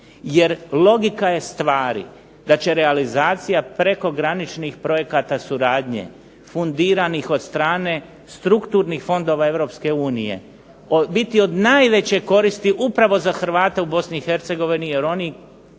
jer logika je stvari da će realizacija prekograničnih projekata suradnje fundiranih od strane strukturnih fondova Europske unije biti od najveće koristi upravo za Hrvate u Bosni